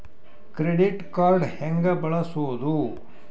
Credit card ಹೆಂಗ ಬಳಸೋದು?